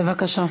בבקשה.